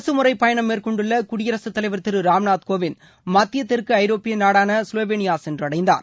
அரசுமுறை பயணம் மேற்கொண்டுள்ள குடியரசுத் தலைவர் திரு ராம்நாத் கோவிந்த் மத்திய தெற்கு ஐரோப்பிய நாடான ஸ்லோவேனியா சென்றடைந்தார்